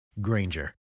Granger